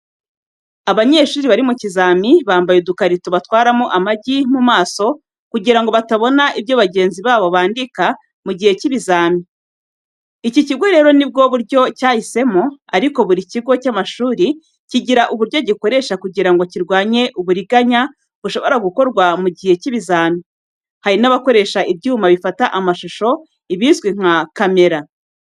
Abanyeshuri bari mu kizami bambaye udukarito batwaramo amagi mu maso kugira ngo batabona ibyo bagenzi babo bandika mu gihe cy'ibizami. Iki kigo rero nibwo buryo cyahisemo, ariko buri kigo cy’amashuri kigira uburyo gikoresha kugira ngo kirwanye uburiganya bushobora gukorwa mu gihe cy’ibizami, hari n’abakoresha ibyuma bifata amashusho ibi bizwi nka Kamera.